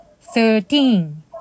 thirteen